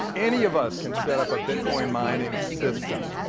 any of us can set up a bitcoin mining system.